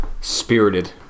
spirited